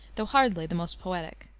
though hardly the most poetic.